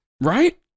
Right